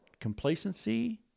complacency